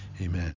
Amen